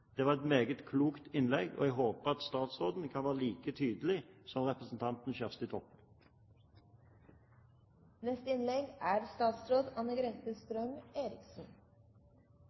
Det var et meget klokt innlegg. Jeg håper at statsråden kan være like tydelig som representanten Kjersti Toppe.